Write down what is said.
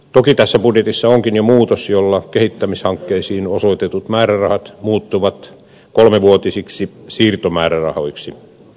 toki tässä budjetissa onkin jo muutos jolla kehittämishankkeisiin osoitetut määrärahat muuttuvat kolmevuotisiksi siirtomäärärahoiksi